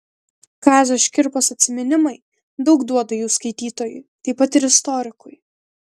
kazio škirpos atsiminimai daug duoda jų skaitytojui taip pat ir istorikui